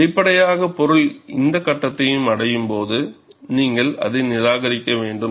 எனவே வெளிப்படையாக பொருள் இந்த கட்டத்தை அடையும் போது நீங்கள் அதை நிராகரிக்க வேண்டும்